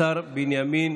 השר בנימין